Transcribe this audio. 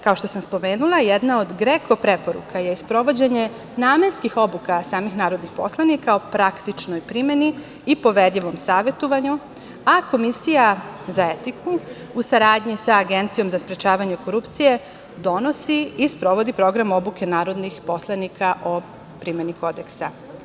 Kao što sam spomenula, jedna od GREKO-a preporuka je i sprovođenje namenskih obuka samih narodnih poslanika o praktičnoj primeni i poverljivom savetovanju, a komisija za etiku, u saradnji sa Agencijom za sprečavanje korupcije, donosi i sprovodi program obuke narodnih poslanika o primeni Kodeksa.